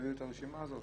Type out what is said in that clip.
הם יביאו את הרשימה הזאת?